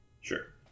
Sure